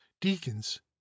deacons